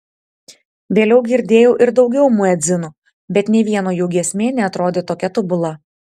vėliau girdėjau ir daugiau muedzinų bet nė vieno jų giesmė neatrodė tokia tobula